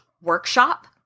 workshop